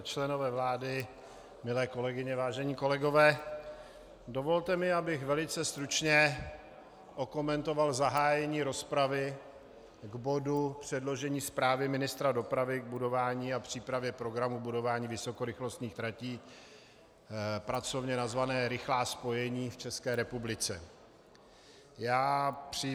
Členové vlády, milé kolegyně, vážení kolegové, dovolte mi, abych velice stručně okomentoval zahájení rozpravy k bodu předložení zprávy ministra dopravy k budování a přípravě programu budování vysokorychlostních tratí, pracovně nazvané Rychlá spojení v ČR.